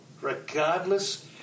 Regardless